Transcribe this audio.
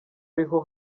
ariho